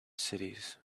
cities